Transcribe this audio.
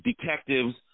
detectives